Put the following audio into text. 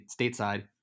stateside